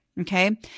Okay